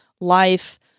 life